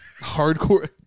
Hardcore